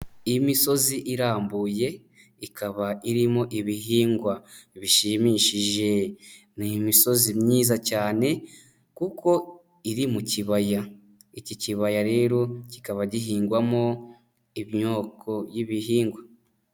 Imisozi irambuye ikaba irimo ibihingwa bishimishije. Ni imisozi myiza cyane kuko iri mu kibaya. Iki kibaya rero kikaba gihingwamo imyoko y'ibihingwa.